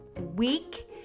week